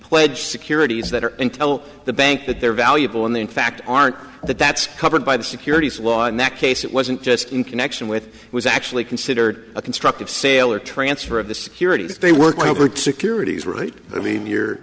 pledge securities that are and tell the bank that they're valuable and they in fact aren't that that's covered by the securities law in that case it wasn't just in connection with it was actually considered a constructive sale or transfer of the security that they were going over to securities right i mean you're